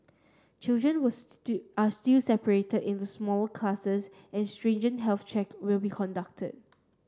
children was are still separated into smaller classes and stringent health check will be conducted